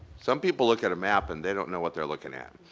some people look at a map and they don't know what they're looking at,